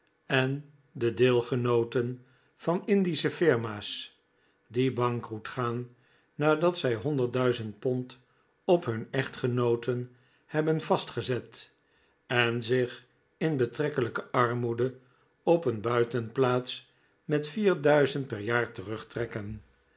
en de deelgenooten van indische firma s die bankroet gaan nadat zij honderd duizend pond op hun echtgenooten hebben vastgezet en zich in betrekkelijke armoede op een buitenplaats met vier duizend per jaar terugtrekken